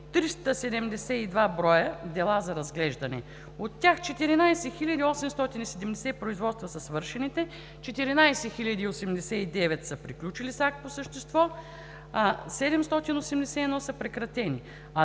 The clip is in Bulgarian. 372 броя дела за разглеждане. От тях 14 870 производства са свършените, 14 089 са приключили с акт по същество, 781 са прекратени, а